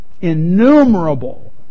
innumerable